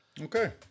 Okay